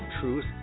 Truth